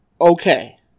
okay